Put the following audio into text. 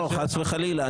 חס וחלילה,